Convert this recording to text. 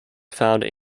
found